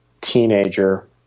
teenager